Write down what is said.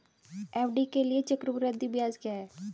FD के लिए चक्रवृद्धि ब्याज क्या है?